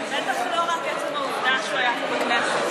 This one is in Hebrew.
בטח לא רק עצם העובדה שהוא היה פה בכנסת.